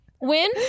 Win